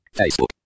facebook